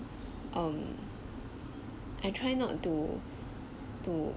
um I try not to to